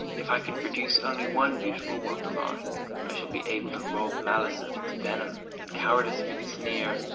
if i can produce only one beautiful work of art i shall be able to rob malice of its venom, and cowardice of its sneer,